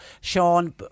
Sean